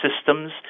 systems